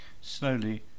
Slowly